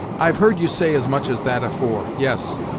i've heard you say as much as that afore yes,